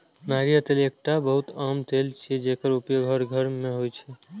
नारियल तेल एकटा बहुत आम तेल छियै, जेकर उपयोग हर घर मे होइ छै